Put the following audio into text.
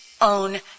own